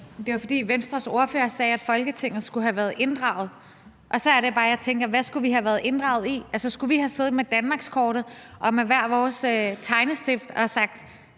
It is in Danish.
er jo, fordi Venstres ordfører sagde, at Folketinget skulle have været inddraget, og så er det bare, jeg tænker: Hvad skulle vi have været inddraget i? Altså, skulle vi have siddet med danmarkskortet og med hver vores tegnestift og sagt,